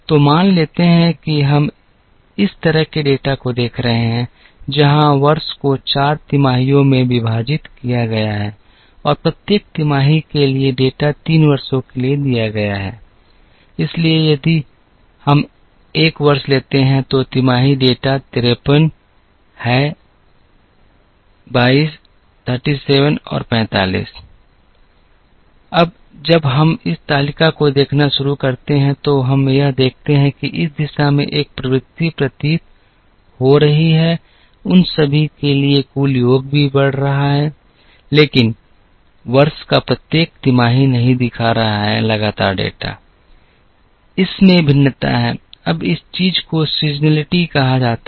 तो मान लेते हैं कि हम इस तरह के डेटा को देख रहे हैं जहां वर्ष को 4 तिमाहियों में विभाजित किया गया है और प्रत्येक तिमाही के लिए डेटा 3 वर्षों के लिए दिया गया है इसलिए यदि हम 1 वर्ष लेते हैं तो तिमाही डेटा 53 हैं 22 37 और 45 अब जब हम इस तालिका को देखना शुरू करते हैं तो हम यह देखते हैं कि इस दिशा में एक प्रवृत्ति प्रतीत हो रही है उन सभी के लिए कुल योग भी बढ़ रहा है लेकिन वर्ष का प्रत्येक तिमाही नहीं दिखा रहा है लगातार डेटा इस में भिन्नता है अब इस चीज को सीज़निटी कहा जाता है